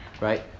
right